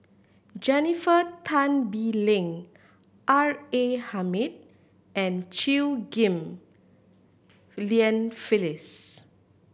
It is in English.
Jennifer Tan Bee Leng R A Hamid and Chew Ghim Lian Phyllis